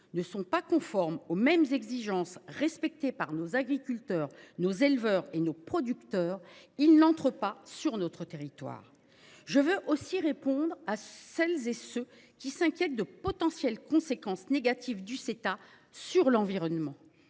ne sont pas conformes aux mêmes normes que celles que respectent nos agriculteurs, nos éleveurs et nos producteurs, ils n’entrent pas sur notre territoire. Je tiens aussi à répondre à celles et ceux qui s’inquiètent des potentielles conséquences négatives du Ceta sur l’environnement.